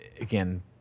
Again